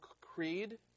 creed